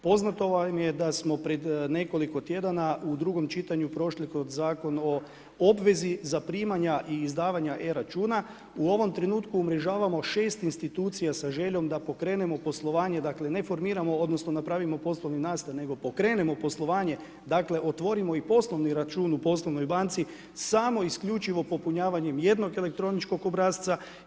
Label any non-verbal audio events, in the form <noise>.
Poznato vam je da smo pred nekoliko tjedana u drugom čitanju prošli kroz Zakon o obvezi zaprimanja i izdavanja e računa, u ovom trenutku umrežavamo 6 institucija sa željom da pokrenemo poslovanje, dakle ne formiramo, odnosno napravimo poslovni ... <unintelligible> nego pokrenemo poslovanje, dakle otvorimo i poslovni račun u poslovnoj banci samo isključivo popunjavanjem jednog elektroničkog obrasca.